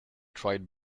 tried